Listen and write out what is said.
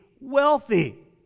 wealthy